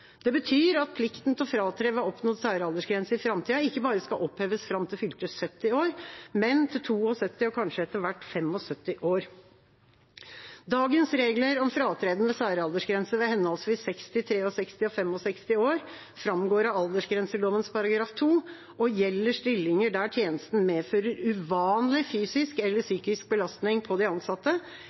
i framtida ikke bare skal oppheves fram til fylte 70 år, men til 72 år og kanskje etter hvert til 75 år. Dagens regler om fratreden ved særaldersgrense ved henholdsvis 60 år, 63 år og 65 år framgår av aldersgrenseloven § 2 og gjelder stillinger der tjenesten medfører uvanlig fysisk eller psykisk belastning på de ansatte,